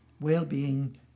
well-being